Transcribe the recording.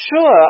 sure